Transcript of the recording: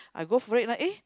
I go for it lah eh